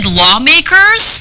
lawmakers